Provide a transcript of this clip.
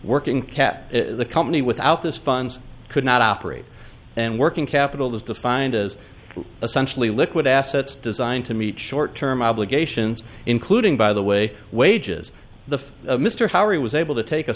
working the company without this funds could not operate and working capital is defined as essentially liquid assets designed to meet short term obligations including by the way wages the mr howard was able to take a